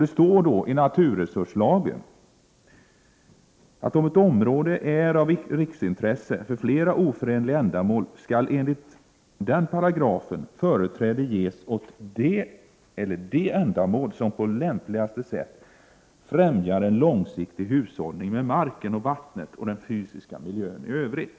Det står i naturresurslagen att om ett område är av riksintresse för flera oförenliga ändamål, skall enligt den paragrafen företräde ges åt det eller de ändamål som på lämpligaste sätt främjar en långsiktig hushållning med marken, vattnet och den fysiska miljön i övrigt.